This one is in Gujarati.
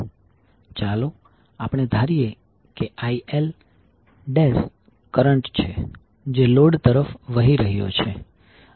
ચાલો આપણે ધારીએ કે ILકરંટ છે જે લોડ તરફ વહી રહ્યો છે